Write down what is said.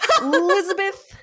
Elizabeth